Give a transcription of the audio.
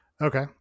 okay